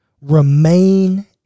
Remain